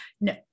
No